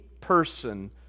person